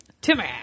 Timmy